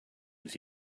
was